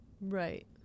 Right